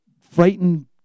frightened